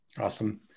Awesome